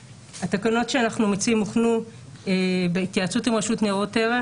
התקנות שאנחנו מציעים הוכנו בהתייעצות עם רשות ניירות ערך